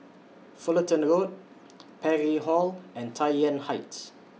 Fullerton Road Parry Hall and Tai Yuan Heights